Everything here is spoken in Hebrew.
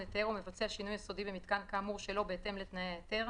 היתר או מבצע שינוי יסודי במיתקן כאמור שלא בהתאם לתנאי ההיתר,